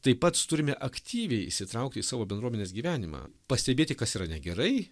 taip pat turime aktyviai įsitraukti į savo bendruomenės gyvenimą pastebėti kas yra negerai